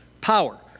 power